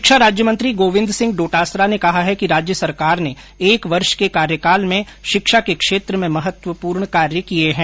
शिक्षा राज्य मंत्री गोविन्द सिंह डोटासरा ने कहा है कि राज्य सरकार ने एक वर्ष के कार्यकाल में शिक्षा के क्षेत्र में महत्वपूर्ण कार्य किये है